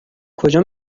کجا